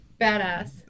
badass